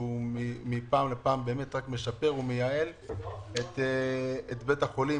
שמפעם לפעם הוא רק משפר ומייעל את בית החולים,